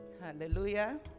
Hallelujah